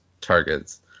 targets